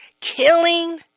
killing